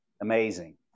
Amazing